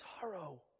sorrow